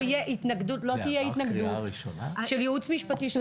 לא תהיה התנגדות של ייעוץ משפטי של